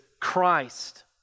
Christ